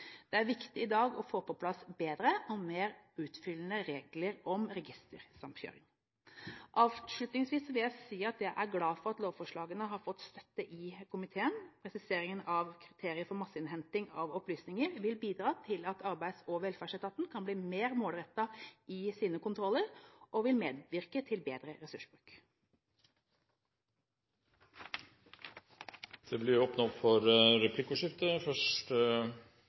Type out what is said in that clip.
Det er viktig å få på plass bedre og mer utfyllende regler om registersamkjøring. Avslutningsvis vil jeg si at jeg er glad for at lovforslagene har fått støtte i komiteen. Presiseringen av kriterier for masseinnhenting av opplysninger vil bidra til at Arbeids- og velferdsetaten kan bli mer målrettet i sine kontroller, og vil medvirke til bedre ressursbruk. Det blir replikkordskifte. Jeg er veldig glad for